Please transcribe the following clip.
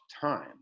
time